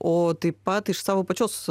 o taip pat iš savo pačios